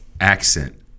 accent